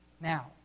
Now